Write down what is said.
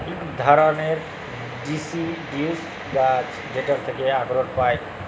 ইক ধারালের ডিসিডিউস গাহাচ যেটর থ্যাকে আখরট পায়